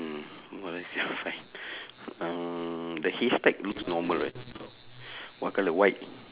mm what ah I can't find uh the haystack looks normal right what colour white